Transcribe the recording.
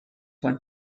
when